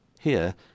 Here